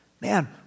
Man